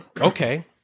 okay